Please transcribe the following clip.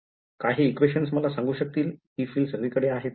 काय हे equations मला सांगू शकतील ही filed सगळीकडे आहे ते